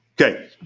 Okay